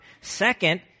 Second